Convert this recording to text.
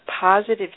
positive